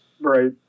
Right